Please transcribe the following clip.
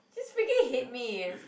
just freaking hit me